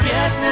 Get